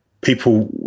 people